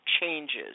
changes